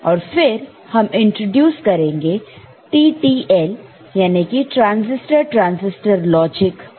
और फिर हम इन्ट्रोडूस करेंगे TTL ट्रांसिस्टर ट्रांसिस्टर लॉजिक को